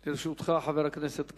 לרשותך, חבר הכנסת כץ,